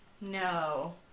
no